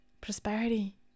prosperity